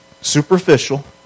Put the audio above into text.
superficial